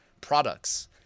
products